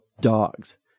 dogs